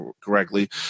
correctly